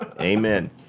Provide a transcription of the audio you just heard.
Amen